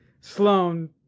Sloane